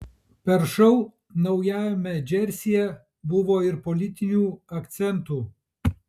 per šou naujajame džersyje buvo ir politinių akcentų